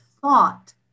thought